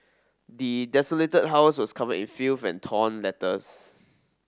the desolated house was covered in filth and torn letters